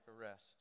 arrest